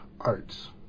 arts